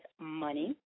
Money